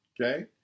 okay